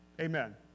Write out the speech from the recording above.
Amen